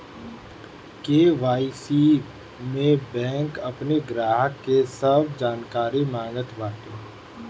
KYC में bank अपनी ग्राहक के सब जानकारी मांगत बाटे